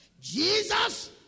Jesus